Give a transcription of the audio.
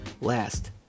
Last